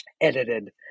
edited